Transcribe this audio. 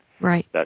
Right